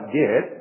get